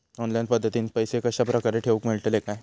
Online पद्धतीन पैसे कश्या प्रकारे ठेऊक मेळतले काय?